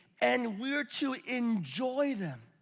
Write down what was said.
and we're to enjoy them.